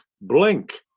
Blink